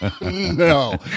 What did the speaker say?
No